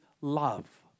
love